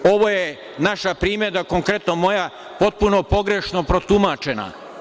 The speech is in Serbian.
Ovo je naša primedba, konkretno moja, potpuno pogrešno protumačena.